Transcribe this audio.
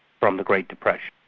from the great depression.